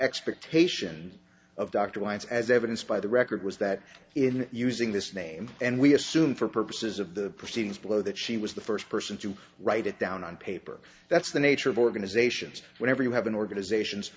expectation of dr once as evidenced by the record was that in using this name and we assume for purposes of the proceedings below that she was the first person to write it down on paper that's the nature of organizations whenever you have an organization